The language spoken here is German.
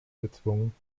gezwungen